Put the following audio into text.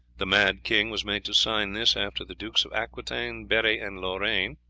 the mad king was made to sign this after the dukes of aquitaine, berri, and lorraine,